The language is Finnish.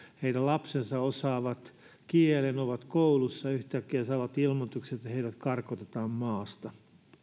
joiden lapset osaavat kielen ja ovat koulussa yhtäkkiä saavat ilmoituksen että heidät karkotetaan maasta